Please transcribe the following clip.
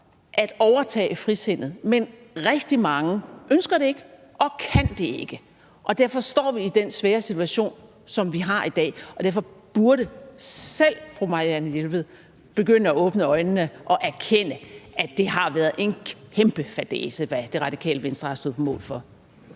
at overtage frisindet, men rigtig mange ønsker det ikke og kan det ikke. Derfor står vi i den svære situation, som vi har i dag, og derfor burde selv fru Marianne Jelved begynde at åbne øjnene og erkende, at det har været en kæmpe fadæse, hvad Radikale Venstre har stået på mål for.